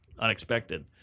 unexpected